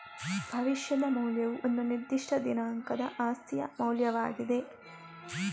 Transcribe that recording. ಭವಿಷ್ಯದ ಮೌಲ್ಯವು ಒಂದು ನಿರ್ದಿಷ್ಟ ದಿನಾಂಕದ ಆಸ್ತಿಯ ಮೌಲ್ಯವಾಗಿದೆ